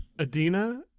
adina